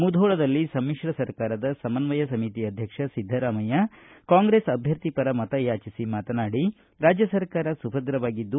ಮುಧೋಳದಲ್ಲಿ ಸಮಿತ್ರ ಸರ್ಕಾರದ ಸಮನ್ವಯ ಸಮಿತಿ ಅಧ್ಯಕ್ಷ ಸಿದ್ದರಾಮಯ್ಯ ಕಾಂಗ್ರೆಸ್ ಅಭ್ಯರ್ಥಿ ಪರ ಮತ ಯಾಚಿಸಿ ಮಾತನಾಡಿ ರಾಜ್ಯ ಸರ್ಕಾರ ಸುಭದ್ರವಾಗಿದ್ದು